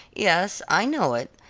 yes, i know it,